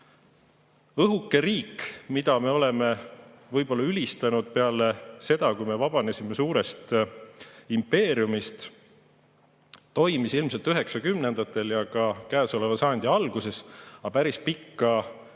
Õhuke riik, mida me oleme võib-olla ülistanud peale seda, kui me vabanesime suurest impeeriumist, toimis ilmselt üheksakümnendatel ja ka käesoleva sajandi alguses, aga päris pikka